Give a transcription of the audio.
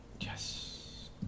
Yes